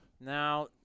Now